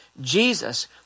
Jesus